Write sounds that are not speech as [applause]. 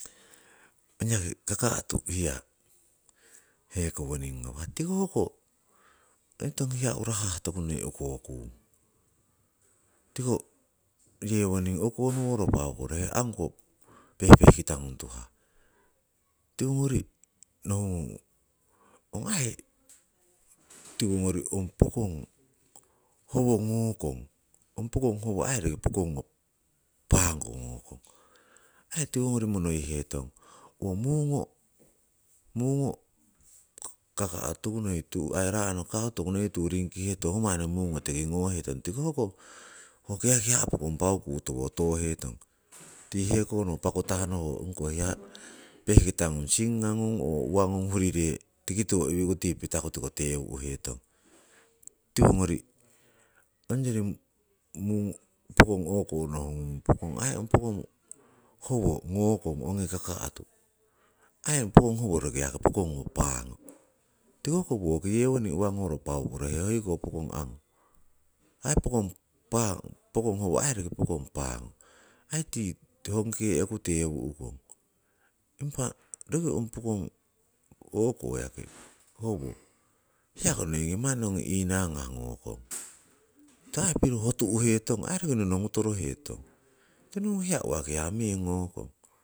Ong yaki kaka'tu hiya, hekowoning ngawah, tiko hoko [unintelligible] urohah tokunoi ukokuung. Tiko yewoning o'konoworo [noise] paaukorohe, anguko pehpehkitangung tuhah. Tiwogori nohungon ong aii [noise] tiwongori ong pokong howo ngokong, ong pokong howo aii roki pokong ngo pangoko ngokong. Aii tiwongori monoiheton, owo mungo, mungo kaka'tu tokunoi, aii raa'no kaka'tu toku noi tuyu ringkiheton, ho aii mungo manni tiki ngoheton, tiko hoko ho kiakia' pokong pau kutowo tohetong, [noise] tii heko no [noise] pukutahno ongkoh hiya pehkitagun singangung oo uwagun uriree' tiki tiwo uwiku tii pitaku tiko towu'hetong. Tiwongori ongyori mung pokong o'ko nohungung pokong howo ngokong ongi kaka'tu aii ong pokong howo aii roki pokong ngo pango, tiko hoko woki yewoning uwa ngoro paaukorohe hoiko pokong angu. Ho aii pokong howo roki aii pokong paango, aii tii hongkee'ku tewu'kong. Impa roki ong pokong o'ko [noise] hiyaki howo, hiyako noingi manni ongi inangahki ngokong, [noise] ho aii piro hotu'hetong roki nonongutorohetong. Ong hiya uwaki ya meng ngokong.